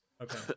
okay